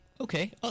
Okay